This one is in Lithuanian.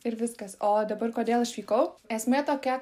ir viskas o dabar kodėl išvykau esmė tokia